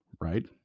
right